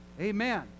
Amen